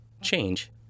change